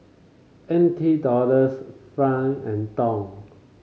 N T Dollars franc and Dong